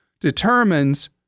determines